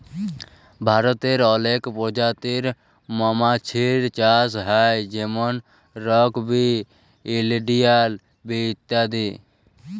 ভারতে অলেক পজাতির মমাছির চাষ হ্যয় যেমল রক বি, ইলডিয়াল বি ইত্যাদি